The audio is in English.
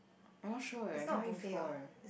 I'm not sure eh never eat before eh